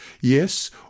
Yes